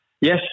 Yes